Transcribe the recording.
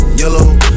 yellow